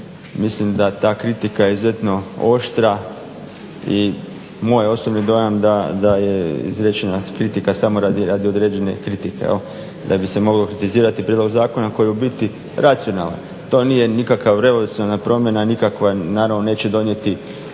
Mislim da je ta kritika izuzetno oštra i moj je osobni dojam da je izrečena kritika samo radi određene kritike, da bi se moglo kritizirati prijedlog zakona koji je u biti racionalan. To nije nikakva revolucionarna promjena, nikakva naravno neće donijeti